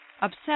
Upset